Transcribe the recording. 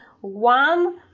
one